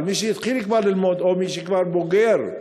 מי שכבר התחיל ללמוד, או מי שכבר בוגר,